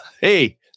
Hey